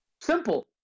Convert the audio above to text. Simple